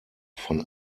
von